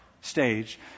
stage